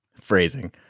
Phrasing